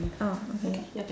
ah okay